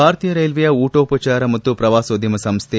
ಭಾರತೀಯ ರೈಲ್ವೇಯ ಊಟೋಪಚಾರ ಮತ್ತು ಪ್ರವಾಸೋದ್ದಮ ಸಂಸ್ಟೆ